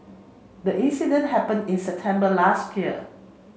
the incident happened in September last year